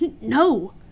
No